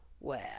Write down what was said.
Well